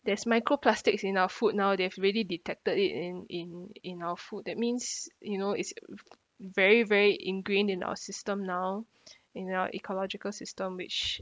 there's microplastics in our food now they've already detected it in in in our food that means you know it's very very ingrained in our system now in our ecological system which